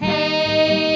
Hey